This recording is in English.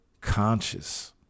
conscious